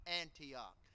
Antioch